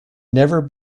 never